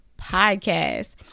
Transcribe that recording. podcast